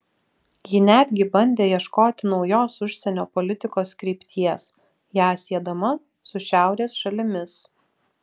ji netgi bandė ieškoti naujos užsienio politikos krypties ją siedama su šiaurės šalimis